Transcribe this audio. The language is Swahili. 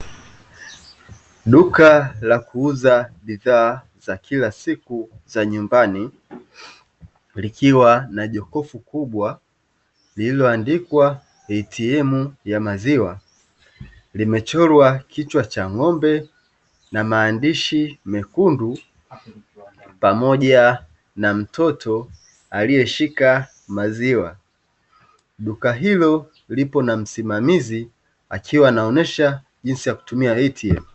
Duka la kuuza bidhaa za kila siku za nyumbani likiwa na jokofu kubwa lililoandikwa eitiem ya maziwa, limechorwa kichwa cha ng'ombe na maandishi mekundu pamoja na mtoto alieshika maziwa, duka hilo lipo na msimamizi akiwa anaonesha jinsi ya kutumia "ATM".